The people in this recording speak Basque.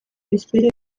espero